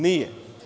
Nije.